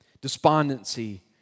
despondency